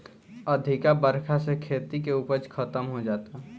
अधिका बरखा से खेती के उपज खतम हो जाता